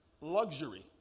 luxury